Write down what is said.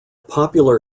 popular